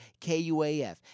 KUAF